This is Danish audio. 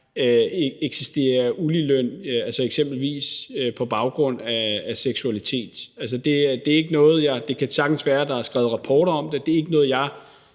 eksisterer uligeløn, eksempelvis på baggrund af seksualitet. Altså, det kan sagtens være, der er skrevet rapporter om det,